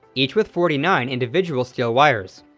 each with forty nine individual steel wires.